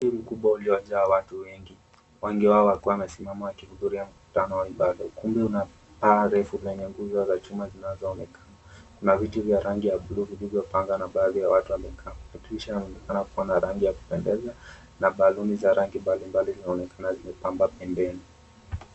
Ukumbi kubwa uliyojaa watu wengi, wengi wao wakiwa wamesimama wakihudhuria mkutano wa ibada ukumbi unapaa refu lenye nguzo la chuma zinazoonekana. Kuna viti vya rangi ya blu vilivyopangwa na baadhi ya watu wamekaa inaonekana kuwa na rangi ya kupendeza na baluni za rangi mbalimbali zinaonekana zimepambwa pembeni.